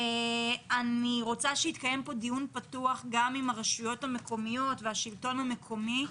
אני רוצה שיתקיים פה דיון פתוח גם עם הרשויות המקומיות והשלטון המקומי,